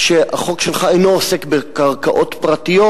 שהחוק שלך אינו עוסק בקרקעות פרטיות,